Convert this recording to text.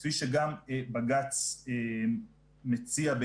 כפי שגם בג"ץ מציע,